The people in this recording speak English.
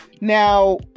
Now